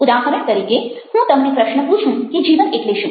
ઉદાહરણ તરીકે હું તમને પ્રશ્ન પૂછું કે જીવન એટલે શું